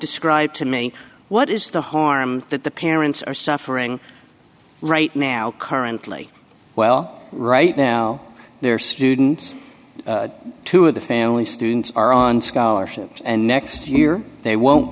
describe to me what is the harm that the parents are suffering right now currently well right now their students two of the family students are on scholarships and next year they won't